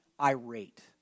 irate